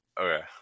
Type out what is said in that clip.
Okay